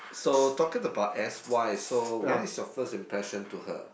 so talking about S_Y so what is your first impression to her